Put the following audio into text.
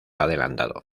adelantado